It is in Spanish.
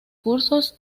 cursos